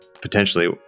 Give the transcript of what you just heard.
potentially